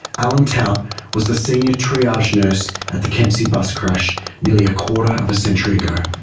alan tout was the senior triage nurse at the kempsey bus crash nearly a quarter of a century ago.